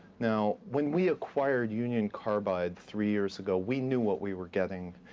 now, when we acquired union carbide three years ago, we knew what we were getting.